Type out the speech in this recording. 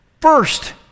First